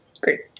great